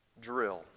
drill